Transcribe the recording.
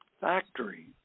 factory